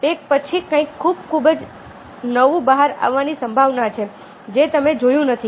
તો પછી કંઈક ખૂબ ખૂબ જ નવું બહાર આવવાની સંભાવના છે જે તમે જોયું નથી